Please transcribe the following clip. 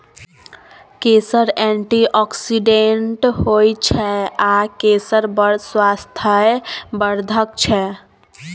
केसर एंटीआक्सिडेंट होइ छै आ केसर बड़ स्वास्थ्य बर्धक छै